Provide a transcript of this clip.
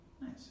Nice